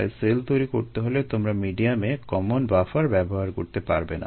তাই সেল তৈরি করতে হলে তোমরা মিডিয়ামে কমন বাফার ব্যবহার করতে পারবে না